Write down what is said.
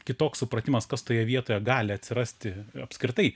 kitoks supratimas kas toje vietoje gali atsirasti apskritai